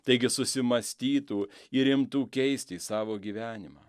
taigi susimąstytų ir imtų keisti savo gyvenimą